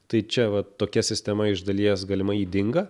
tai čia va tokia sistema iš dalies galima ydinga